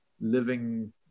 living